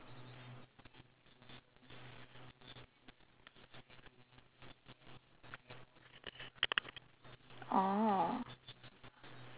oh